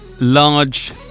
Large